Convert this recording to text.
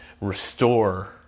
restore